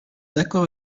d’accord